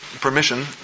permission